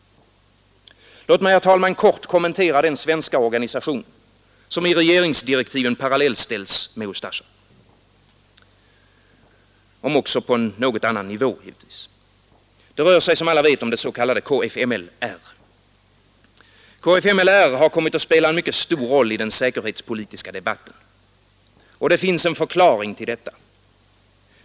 Låt mig, herr talman, kort kommentera den svenska organisation som i regeringsdirektiven, om också på en något annan nivå, parallellställs med Ustasja. Det rör sig som alla vet om det s.k. kfmi. Kfml har kommit att spela en mycket stor roll i den säkerhetspolitiska debatten. Och det finns en förklaring till detta.